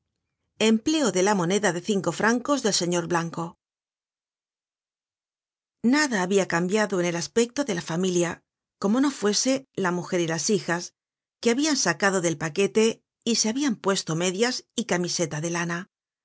empleo de la moneda de cinco francos del señor blanco nada habia cambiado en el aspecto de la familia como no fuese la mujer y las hijas que habian sacado del paquete y se habian puesto medias y camisetas de lana